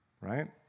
right